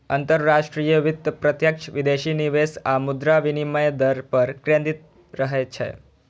अंतरराष्ट्रीय वित्त प्रत्यक्ष विदेशी निवेश आ मुद्रा विनिमय दर पर केंद्रित रहै छै